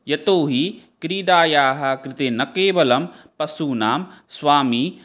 यतो हि क्रीडायाः कृते न केवलं पशूनां स्वामी